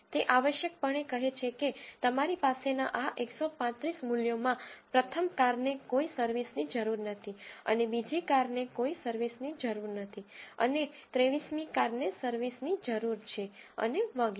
તે આવશ્યકપણે કહે છે કે તમારી પાસેના આ 135 મૂલ્યોમાં પ્રથમ કારને કોઈ સર્વિસની જરૂર નથી અને બીજી કારને કોઈ સર્વિસની જરૂર નથી અને 23 મી કારને સર્વિસની જરૂર છે અને વગેરે